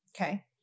Okay